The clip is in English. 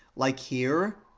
like here,